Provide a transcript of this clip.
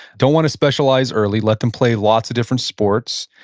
don't want to specialize early. let them play lots of different sports.